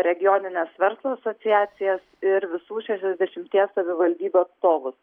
regionines verslo asociacijas ir visų šešiasdešimties savivaldybių atstovus